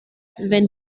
wenn